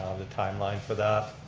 the timeline for that,